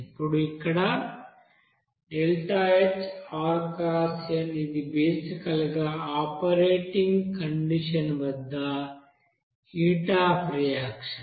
ఇప్పుడు ఇక్కడ ఇది బేసికల్ గా ఆపరేటింగ్ కండిషన్ వద్ద హీట్ అఫ్ రియాక్షన్